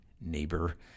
neighbor